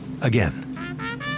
Again